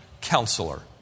counselor